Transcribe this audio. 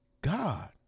God